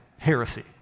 heresy